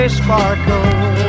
sparkle